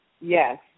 Yes